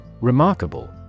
Remarkable